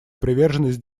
приверженность